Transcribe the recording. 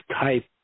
type